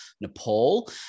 Nepal